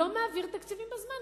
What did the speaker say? לא מעביר תקציבים בזמן.